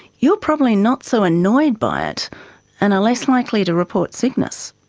you probably not so annoyed by it and are less likely to report sickness.